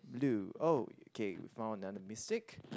blue oh kay we found another mistake